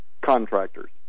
contractors